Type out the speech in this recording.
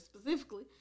specifically